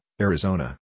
Arizona